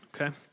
okay